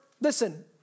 listen